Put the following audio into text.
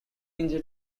ninja